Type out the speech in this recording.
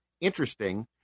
interesting